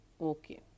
Okay